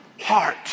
heart